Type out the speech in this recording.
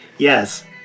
yes